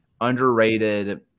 underrated